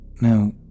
Now